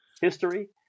history